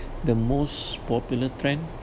the most popular trend